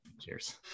Cheers